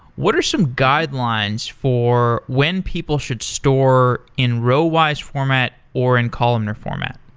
what are some guidelines for when people should store in row-wise format, or in columnar format?